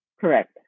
correct